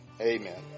amen